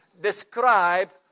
describe